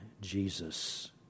Jesus